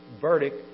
verdict